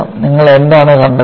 നിങ്ങൾ എന്താണ് കണ്ടെത്തുന്നത്